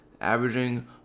averaging